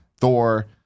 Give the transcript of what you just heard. Thor